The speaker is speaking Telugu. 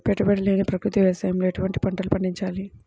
పెట్టుబడి లేని ప్రకృతి వ్యవసాయంలో ఎటువంటి పంటలు పండించాలి?